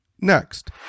Next